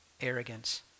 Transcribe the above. arrogance